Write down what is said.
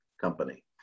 Company